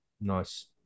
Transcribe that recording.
Nice